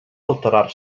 alterar